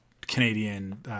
Canadian